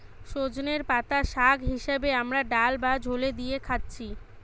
সজনের পাতা শাগ হিসাবে আমরা ডাল বা ঝোলে দিয়ে খাচ্ছি